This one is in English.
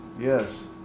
yes